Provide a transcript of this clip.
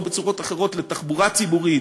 או בצורות אחרות לתחבורה ציבורית,